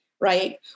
right